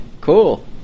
Cool